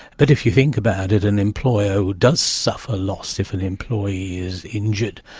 but if you think about it, an employer who does suffer loss if an employee is injured,